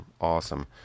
awesome